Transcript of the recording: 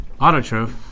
autotroph